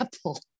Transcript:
apple